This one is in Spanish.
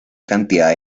cantidad